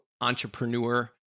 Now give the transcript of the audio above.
entrepreneur